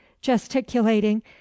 gesticulating